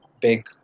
big